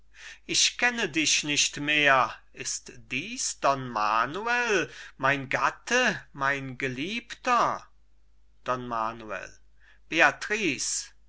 ich kenne dich nicht mehr ist dies don manuel mein gatte mein geliebter don